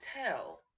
tell